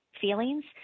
feelings